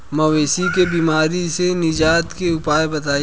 मवेशी के बिमारी से निजात के उपाय बताई?